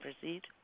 proceed